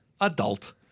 adult